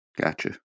Gotcha